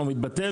הוא מתבטל?